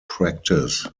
practise